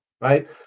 right